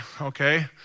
okay